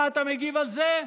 מה אתה מגיב על זה?